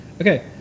Okay